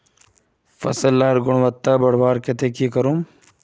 फसल लार गुणवत्ता बढ़वार केते की करूम?